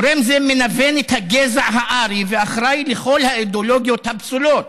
גורם זה מנוון את הגזע הארי ואחראי לכל האידיאולוגיות הפסולות,